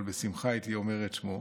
אבל בשמחה הייתי אומר את שמו.